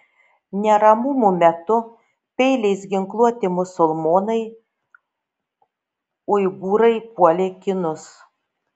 neramumų metu peiliais ginkluoti musulmonai uigūrai puolė kinus